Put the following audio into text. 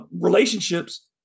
relationships